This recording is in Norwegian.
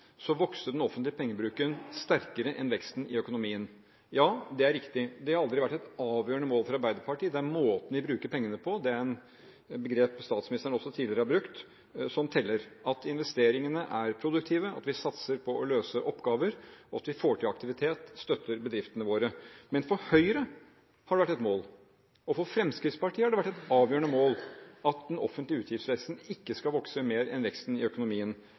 den offentlige pengebruken sterkere enn veksten i økonomien. Ja, det er riktig. Det har aldri vært et avgjørende mål for Arbeiderpartiet. Det er måten vi bruker pengene på – et begrep som statsministeren også tidligere har brukt – som teller, at investeringene er produktive, at vi satser på å løse oppgaver, at vi får til aktivitet og at vi støtter bedriftene våre. Men for Høyre har det vært et mål – og for Fremskrittspartiet har det vært et avgjørende mål – at den offentlige utgiftsveksten ikke skal vokse mer enn veksten i økonomien.